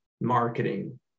marketing